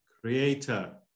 Creator